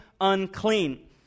unclean